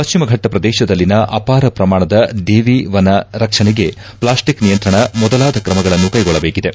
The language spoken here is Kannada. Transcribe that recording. ಪಶ್ಚಿಮ ಘಟ್ಟ ಪ್ರದೇಶದಲ್ಲಿನ ಅಪಾರ ಪ್ರಮಾಣದ ದೇವಿ ವನ ರಕ್ಷಣೆಗೆ ಪ್ಲಾಸ್ಟಿಕ್ ನಿಯಂತ್ರಣ ಮೊದಲಾದ ಕ್ರಮಗಳನ್ನು ಕೈಗೊಳ್ಳಬೇಕಿದೆ